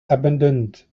abandoned